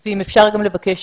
אם אפשר גם לבקש,